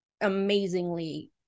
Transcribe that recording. amazingly